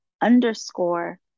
underscore